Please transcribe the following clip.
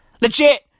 Legit